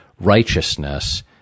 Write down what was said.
righteousness